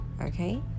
okay